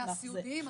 מהסיעודיים.